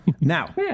Now